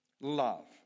love